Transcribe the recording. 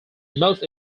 most